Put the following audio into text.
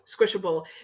Squishable